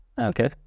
okay